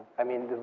i mean,